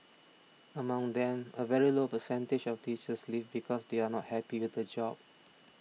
among them a very low percentage of teachers leave because they are not happy with the job